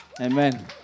Amen